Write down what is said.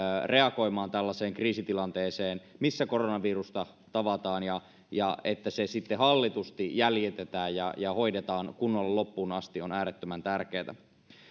reagoimaan tällaiseen kriisitilanteeseen missä koronavirusta tavataan ja ja että se sitten hallitusti jäljitetään ja ja hoidetaan kunnolla loppuun asti on äärettömän tärkeätä